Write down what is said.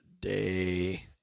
day